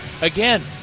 Again